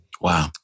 Wow